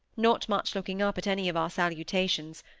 not much looking up at any of our salutations,